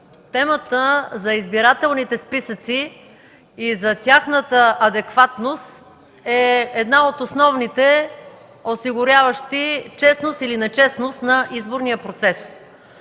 темата за избирателните списъци и за тяхната адекватност е една от основните, осигуряващи честност или нечестност на изборния процес.